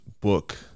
book